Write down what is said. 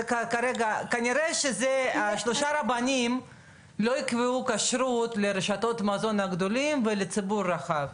כנראה ששלושה רבנים לא יקבעו כשרות לרשות המזון הגדולות ולציבור הרחב,